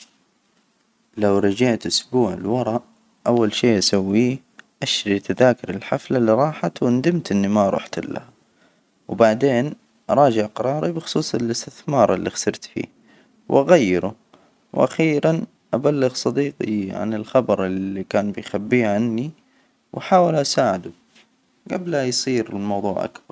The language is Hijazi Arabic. لو رجعت أسبوع، لورا، أول شي أسويه أشتري تذاكر الحفلة اللي راحت وندمت إني ما رحتلها، وبعدين أراجع قراري بخصوص الإستثمار اللي خسرت فيه وأغيره، وأخيرا أبلغ صديقي عن الخبر إللي كان بيخبيه عني، وأحاول أساعده. جبل ما يصير الموضوع أكبر.